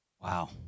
Wow